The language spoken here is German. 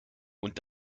und